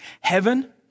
heaven